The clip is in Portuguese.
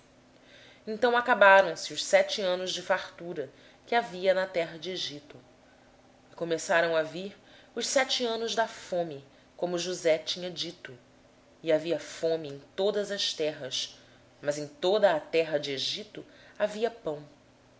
minha aflição acabaram-se então os sete anos de fartura que houve na terra do egito e começaram a vir os sete anos de fome como josé tinha dito e havia fome em todas as terras porém em toda a terra do egito havia pão